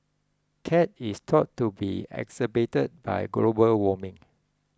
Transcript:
cat is thought to be exacerbated by global warming